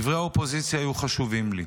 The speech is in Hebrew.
דברי האופוזיציה היו חשובים לי.